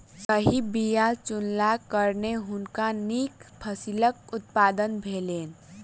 सही बीया चुनलाक कारणेँ हुनका नीक फसिलक उत्पादन भेलैन